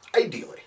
ideally